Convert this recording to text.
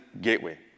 gateway